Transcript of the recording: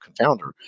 confounder